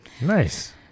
Nice